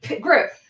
group